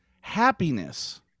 happiness